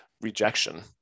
rejection